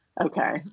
Okay